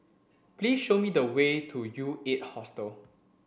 please show me the way to U eight Hostel